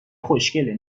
خوشکله